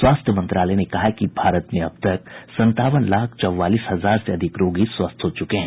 स्वास्थ्य मंत्रालय ने कहा है कि भारत में अब तक संतावन लाख चौवालीस हजार से अधिक रोगी स्वस्थ हो चुके हैं